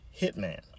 Hitman